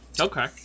Okay